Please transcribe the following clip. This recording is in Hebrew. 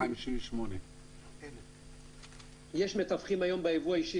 258. יש מתווכים היום בייבוא האישי,